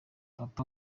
papa